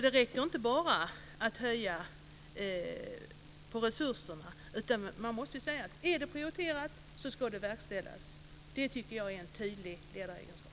Det räcker inte bara med att öka resurserna, utan man måste säga att om det är prioriterat ska det verkställas. Jag tycker att det är en tydlig ledaregenskap.